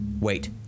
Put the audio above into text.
Wait